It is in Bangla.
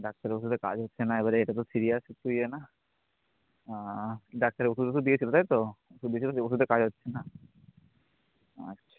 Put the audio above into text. ডাক্তারের ওষুধে কাজ হচ্ছে না এবারে এটা তো সিরিয়াস একটু ইয়ে না ডাক্তারে ওষুধ টষুধ দিয়েছিলো তাই তো ওষুধ দিয়েছিলো সেই ওষুধে কাজ হচ্ছে না আচ্ছা